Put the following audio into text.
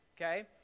Okay